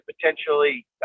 potentially